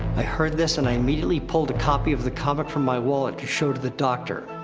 i heard this, and i immediately pulled a copy of the comic from my wallet to show to the doctor.